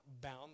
bound